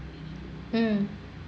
mm